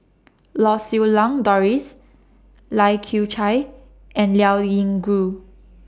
Lau Siew Lang Doris Lai Kew Chai and Liao Yingru